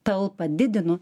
talpą didinu